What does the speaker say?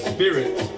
Spirit